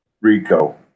Rico